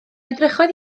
edrychodd